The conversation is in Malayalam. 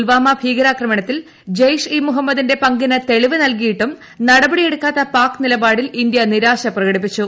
പുൽവാമ ഭീകരാക്രമണത്തിൽ ജെയ്ഷ് ഇ മുഹമ്മദിന്റെ പങ്കിന് തെളിവ് നൽകിയിട്ടും നടപടി എടുക്കാത്ത പാക് നിലപാടിൽ ഇന്ത്യ നിരാശ പ്രകടിപ്പിച്ചു